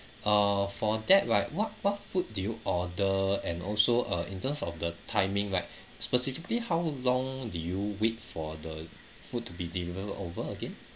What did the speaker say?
uh for that right what what food do you order and also uh in terms of the timing right specifically how long did you wait for the food to be delivered over again